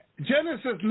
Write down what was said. Genesis